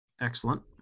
excellent